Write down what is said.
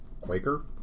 quaker